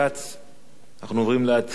אנחנו עוברים להצעת חוק,